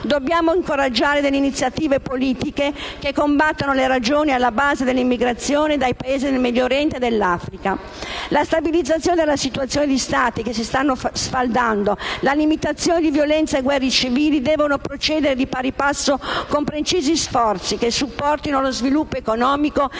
dobbiamo incoraggiare delle iniziative politiche che combattano le ragioni alla base dell'emigrazione dai Paesi del Medio Oriente e dell'Africa. La stabilizzazione della situazione di Stati che si stanno sfaldando, la limitazione di violenza e guerre civili devono procedere di pari passo con precisi sforzi che supportino lo sviluppo economico e la creazione